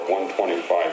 1.25